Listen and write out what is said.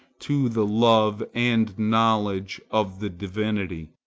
to the love and knowledge of the divinity,